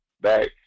back